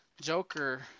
Joker